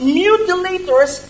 mutilators